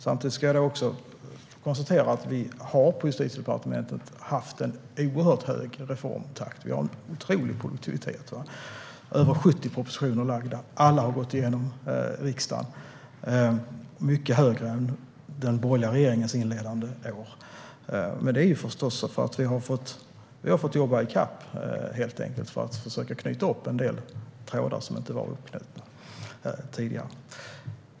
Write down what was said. Samtidigt konstaterar jag att vi på Justitiedepartementet har haft en oerhört hög reformtakt. Vi har en otrolig produktivitet. Det är över 70 propositioner som är framlagda. Alla har gått igenom riksdagen. Det är en mycket högre takt än under den borgerliga regeringens inledande år. Men det beror förstås på att vi har fått jobba ikapp för att försöka knyta upp en del trådar som inte var uppknutna tidigare.